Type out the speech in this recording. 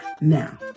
Now